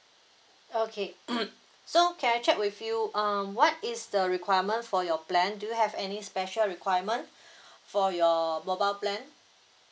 okay so can I check with you um what is the requirement for your plan do you have any special requirement for your mobile plan